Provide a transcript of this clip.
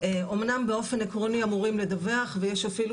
אמנם באופן עקרוני אמורים לדווח ויש אפילו